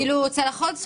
כמה עולה קילו.